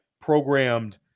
programmed